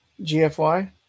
GFY